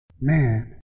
Man